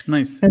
Nice